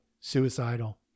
suicidal